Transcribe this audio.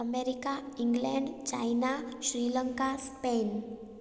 America England China Sri Lanka Spain